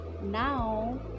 Now